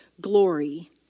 glory